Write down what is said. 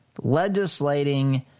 legislating